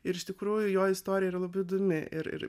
ir iš tikrųjų jo istorija yra labai įdomi ir ir